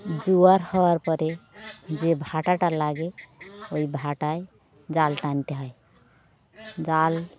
জোয়ার হওয়ার পরে যে ভাঁটাটা লাগে ওই ভাঁটায় জাল টানতে হয় জাল